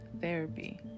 therapy